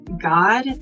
god